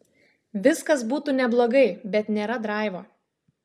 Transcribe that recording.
viskas būtų neblogai bet nėra draivo